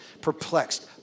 perplexed